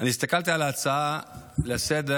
אני הסתכלתי על ההצעה לסדר-היום,